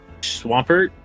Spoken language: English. Swampert